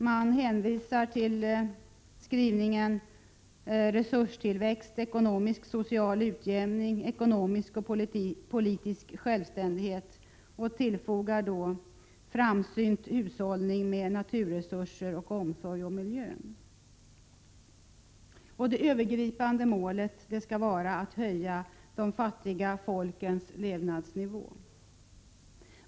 Man hänvisar till skrivningen: ”resurstillväxt, ekonomisk och social utjämning, ekonomisk och politisk självständighet”, och tillfogar: ”framsynt hushållning med naturresurser och omsorg om miljön”. Det övergripande målet skall vara att höja de fattiga folkens levnadsnivå.